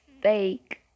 fake